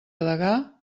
degà